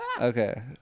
Okay